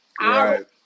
Right